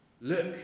Look